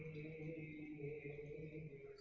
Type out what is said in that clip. a